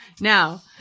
Now